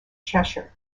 cheshire